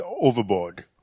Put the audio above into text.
overboard